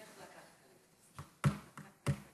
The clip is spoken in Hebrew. איך לקחת,